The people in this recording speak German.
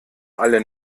alle